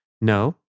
No